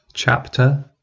Chapter